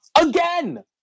again